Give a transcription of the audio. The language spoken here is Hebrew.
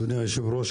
אדוני היושב-ראש,